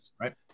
right